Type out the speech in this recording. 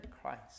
Christ